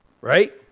Right